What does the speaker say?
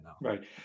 Right